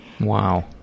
Wow